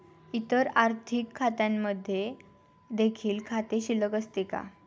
इतर आर्थिक खात्यांमध्ये देखील खाते शिल्लक असते का?